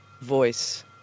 voice